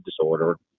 disorder